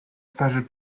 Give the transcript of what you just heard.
starzy